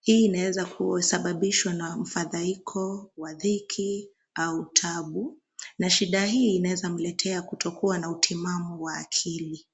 Hii inaweza kusababishwa na mfadhaiko wa dhiki au taabu, na shida hii inaeza mletea kutokuwa na utimamu wa akili.